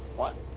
what?